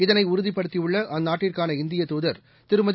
இதனைஉறுதிப்படுத்தியுள்ளஅந்நாட்டிற்கான இந்திய தூதர் திருமதி